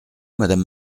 madame